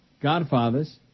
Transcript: Godfathers